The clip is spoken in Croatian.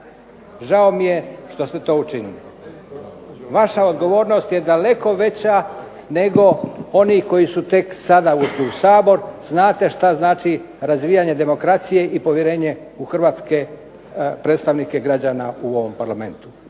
Žao mi je što ste to učinili. Vaša odgovornost je daleko veća nego oni koji su tek sada ušli u Sabor. Znate šta znači razvijanje demokracije i povjerenje u hrvatske, predstavnike građana u ovom Parlamentu.